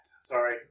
sorry